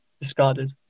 discarded